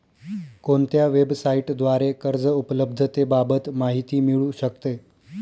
कोणत्या वेबसाईटद्वारे कर्ज उपलब्धतेबाबत माहिती मिळू शकते?